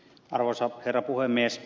arvoisa herra puhemies